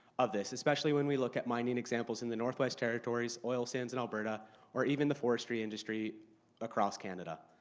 of this especially when we look at mining examples in the northwest territories, oil sands in alberta or even the forestry industry across canada.